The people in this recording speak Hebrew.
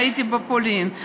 הייתי בפולין,